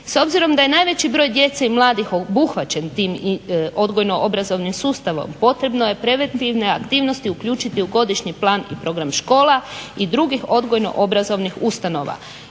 S obzirom da je najveći broj djece i mladih obuhvaćen tim odgojno-obrazovnim sustavom potrebno je preventivne aktivnosti uključiti u godišnji plan i program škola, i drugih odgojno-obrazovnih ustanova,